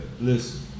listen